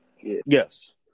Yes